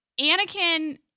Anakin